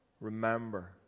Remember